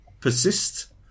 persist